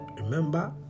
Remember